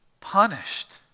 punished